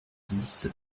dix